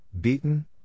beaten